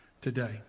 today